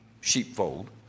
sheepfold